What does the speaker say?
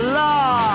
law